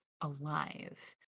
alive